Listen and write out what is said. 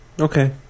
Okay